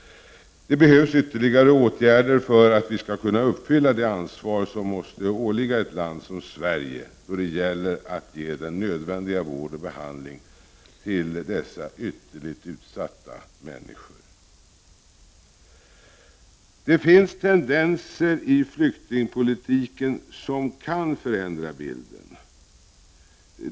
Det behövs ytterligare åtgärder för att vi skall kunna uppfylla det ansvar som måste åligga ett land som Sverige då det gäller att ge nödvändig vård och behandling åt dessa ytterligt utsatta människor. Det finns tendenser i flyktingpolitiken som kan förändra bilden.